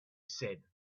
said